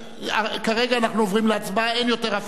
כרגע אנחנו עוברים להצבעה, אין יותר הפרעות.